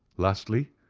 lastly,